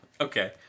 Okay